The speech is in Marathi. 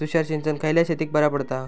तुषार सिंचन खयल्या शेतीक बरा पडता?